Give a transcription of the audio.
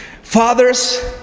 fathers